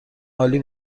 عالی